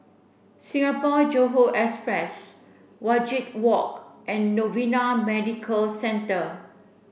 Singapore Johore Express Wajek Walk and Novena Medical Centre